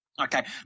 Okay